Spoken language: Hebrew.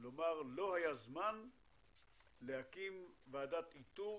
לומר שלא היה זמן להקים את ועדת האיתור